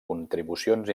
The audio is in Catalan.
contribucions